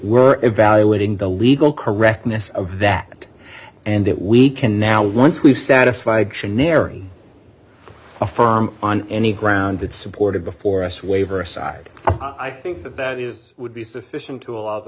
were evaluating the legal correctness of that and that we can now once we've satisfied canary a farm on any ground that supported before us waiver aside i think that that is would be sufficient to allow the